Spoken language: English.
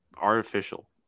artificial